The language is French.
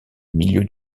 milieu